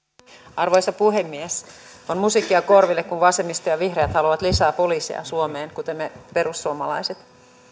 arvoisa puhemies on musiikkia korville kun vasemmisto ja vihreät haluavat lisää poliiseja suomeen kuten me perussuomalaiset